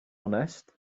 onest